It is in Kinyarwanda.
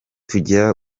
tujya